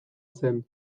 zen